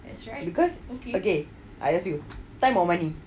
because okay I ask you time or money